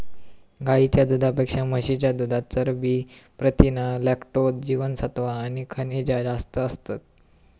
गाईच्या दुधापेक्षा म्हशीच्या दुधात चरबी, प्रथीना, लॅक्टोज, जीवनसत्त्वा आणि खनिजा जास्त असतत